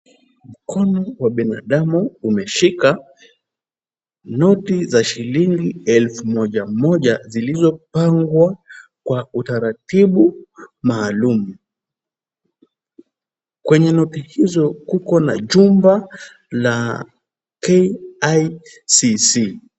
Mkono wa binadamu umeshika noti za shilingi elfu moja moja zilizopangwa kwa utaratibu maalum. Kwenye noti hizo kuko na jumba la KICC.